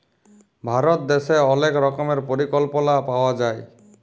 ভারত দ্যাশে অলেক রকমের পরিকল্পলা পাওয়া যায়